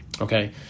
Okay